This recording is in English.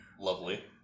Lovely